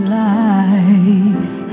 life